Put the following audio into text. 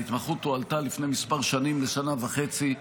ההתמחות הועלתה לפני כמה שנים לשנה וחצי,